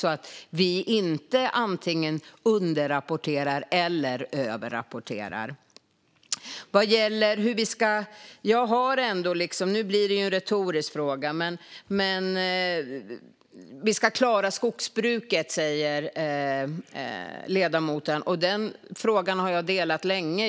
Då skulle det inte bli underrapportering eller överrapportering. Nu följer en retorisk fråga. Ledamoten säger att vi ska klara skogsbruket. Den frågan har jag hållit med om länge.